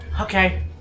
Okay